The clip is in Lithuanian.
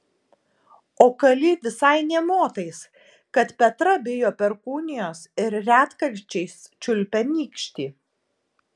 o kali visai nė motais kad petra bijo perkūnijos ir retkarčiais čiulpia nykštį